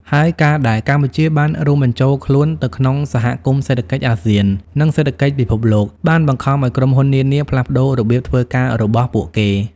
ហើយការដែលកម្ពុជាបានរួមបញ្ចូលខ្លួនទៅក្នុងសហគមន៍សេដ្ឋកិច្ចអាស៊ាន និងសេដ្ឋកិច្ចពិភពលោក បានបង្ខំឲ្យក្រុមហ៊ុននានាផ្លាស់ប្ដូររបៀបធ្វើការរបស់ពួកគេ។